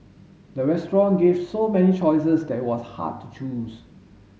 the restaurant gave so many choices that it was hard to choose